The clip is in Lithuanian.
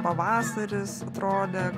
pavasaris atrodė